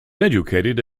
educated